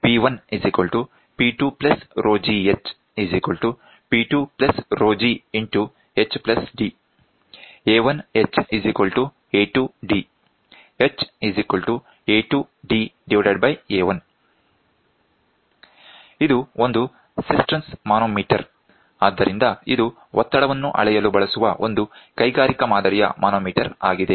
ಇದು ಒಂದು cisterns manometer ಆದ್ದರಿಂದ ಇದು ಒತ್ತಡವನ್ನು ಅಳೆಯಲು ಬಳಸುವ ಒಂದು ಕೈಗಾರಿಕಾ ಮಾದರಿಯ ಮಾನೋಮೀಟರ್ ಆಗಿದೆ